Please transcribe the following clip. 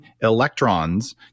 electrons